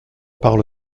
parle